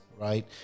right